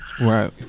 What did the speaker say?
right